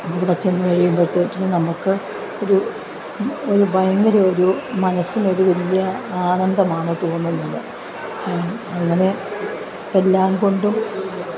അവിടെ ചെന്നു കഴിയുമ്പോഴത്തെ നമുക്ക് ഒരു ഒരു ഭയങ്കര ഒരു മനസ്സസിന് ഒരു വലിയ ആനന്ദമാണ് തോന്നുന്നത് അങ്ങനെ എല്ലാം കൊണ്ടും